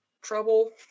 trouble